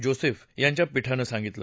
Joseph यांच्या पीठांन सांगितलं